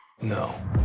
No